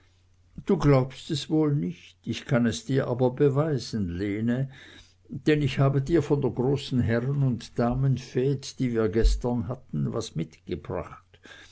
du glaubst es wohl nicht ich kann es dir aber beweisen lene denn ich habe dir von der großen herren und damen fte die wir gestern hatten was mitgebracht